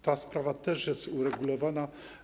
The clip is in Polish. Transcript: Ta sprawa też jest uregulowana.